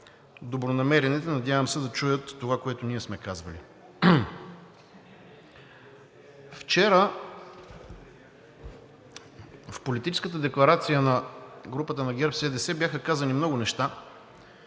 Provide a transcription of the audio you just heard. добронамерените да чуят това, което ние сме казвали. Вчера в политическата декларация на групата на ГЕРБ-СДС бяха казани много неща.